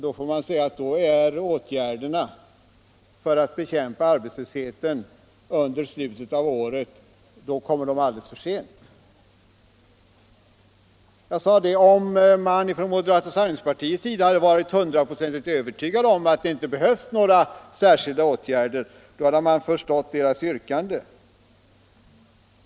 Då kommer naturligtvis åtgärderna för att bekämpa arbetslösheten alldeles för sent. Jag sade att om moderaterna hade varit hundraprocentigt övertygade om att det inte behövs några särskilda åtgärder, hade man förstått deras yrkande.